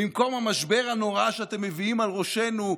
במקום המשבר הנורא שאתם מביאים על ראשנו,